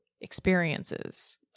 experiences